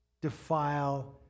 defile